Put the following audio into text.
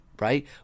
right